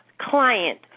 client